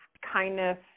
kindness